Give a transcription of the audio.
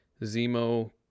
Zemo